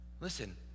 Listen